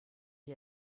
ihr